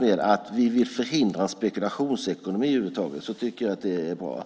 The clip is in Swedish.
med att vi vill förhindra en spekulationsekonomi. Det tycker jag är bra.